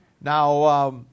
Now